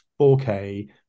4K